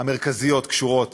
המרכזיות קשורות